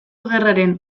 gerraren